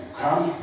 come